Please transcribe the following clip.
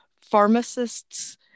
pharmacists